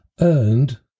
earned